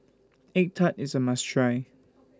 Egg Tart IS A must Try